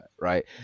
right